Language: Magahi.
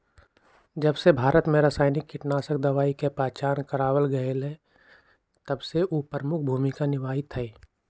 जबसे भारत में रसायनिक कीटनाशक दवाई के पहचान करावल गएल है तबसे उ प्रमुख भूमिका निभाई थई